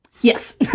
Yes